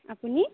আপুনি